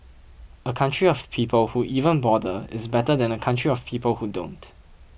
a country of people who even bother is better than a country of people who don't